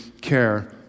care